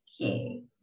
Okay